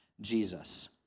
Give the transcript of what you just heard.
Jesus